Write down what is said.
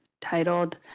titled